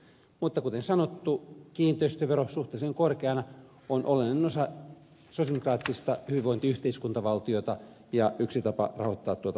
mutta kuten sanottu kiinteistövero suhteellisen korkeana on olennainen osa sosialidemokraattista hyvinvointiyhteiskuntavaltiota ja yksi tapa rahoittaa tuota valtiota